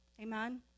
Amen